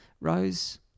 Rose